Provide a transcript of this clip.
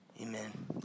Amen